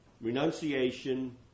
renunciation